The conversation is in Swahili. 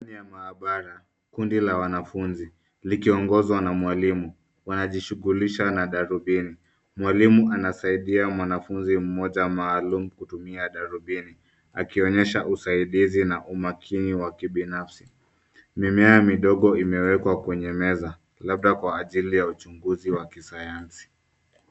Ndani ya mahabara, kundi la wanafunzi, likiongozwa na mwalimu, wanajishughulisha na darubini. Mwalimu anasaidia mwanafunzi mmoja maalum kutumia darubini. Akionyesha usaidizi na umakini wa kibinafsi. Mimea midogo imewekwa kwenye meza. Labda kwa ajili ya uchunguzi wa kisayansi.